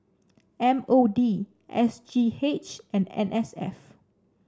M O D S G H and N S F